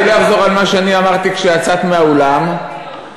אני לא אחזור על מה שאני אמרתי כשיצאת מהאולם כיוון,